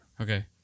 Okay